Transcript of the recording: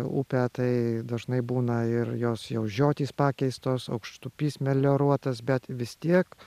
upę tai dažnai būna ir jos jau žiotys pakeistos aukštupys melioruotas bet vis tiek